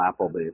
Applebee's